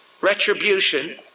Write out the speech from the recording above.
retribution